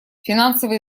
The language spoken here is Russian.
финансовые